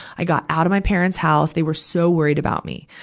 i got out of my parents' house. they were so worried about me.